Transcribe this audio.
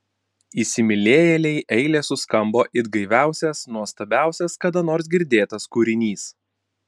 įsimylėjėlei eilės suskambo it gaiviausias nuostabiausias kada nors girdėtas kūrinys